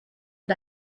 and